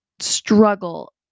struggle